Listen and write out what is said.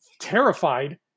terrified